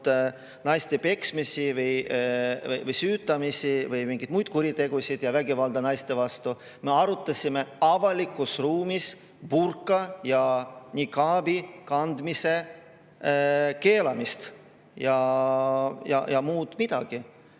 naiste peksmist või süütamist või mingeid muid kuritegusid ega vägivalda naiste vastu, me arutasime avalikus ruumis burka ja nikaabi kandmise keelamist, muud midagi.